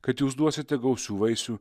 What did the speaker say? kad jūs duosite gausių vaisių